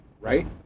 Right